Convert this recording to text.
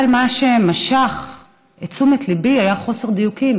אבל מה שמשך את תשומת ליבי היה חוסר דיוקים